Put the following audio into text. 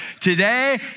Today